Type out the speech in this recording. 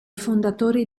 fondatori